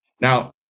Now